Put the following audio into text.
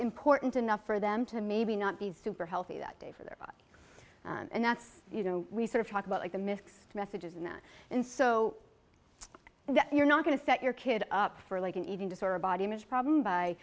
important enough for them to maybe not be super healthy that day for their and that's you know we sort of talk about the mixed messages in that and so and you're not going to set your kid up for like an eating disorder or body image problem by